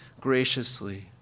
graciously